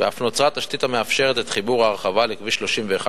בתוכנית קריית המודיעין אין פגיעה בהרחבה בצד המזרחי,